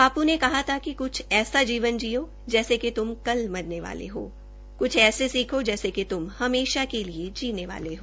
बापू ने कहा था कृछ ऐसा जीवन जियो जैसे की त्म कल मरने वाले हो क्छ ऐसे सीखो जैसे कि त्म हमेशा के लिए जीने वाले हो